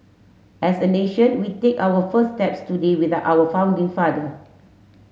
as a nation we take our first steps today with our founding father